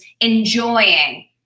enjoying